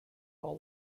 all